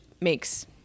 makes